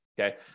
okay